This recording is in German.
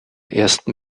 ersten